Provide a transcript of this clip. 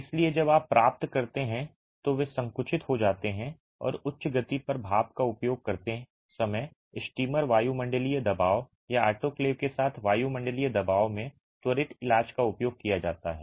इसलिए जब आप प्राप्त करते हैं तो वे संकुचित हो जाते हैं और उच्च गति पर भाप का उपयोग करते समय स्टीमर वायुमंडलीय दबाव या आटोक्लेव के साथ वायुमंडलीय दबाव में त्वरित इलाज का उपयोग किया जाता है